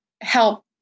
help